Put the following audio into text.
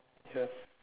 yes